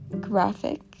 graphic